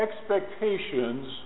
expectations